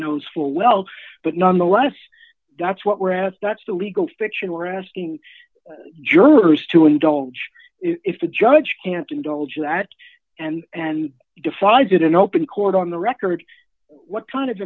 knows full well but nonetheless that's what we're asked that's a legal fiction we're asking jurors to indulge if the judge can't indulge that and and defies it in open court on the record what kind of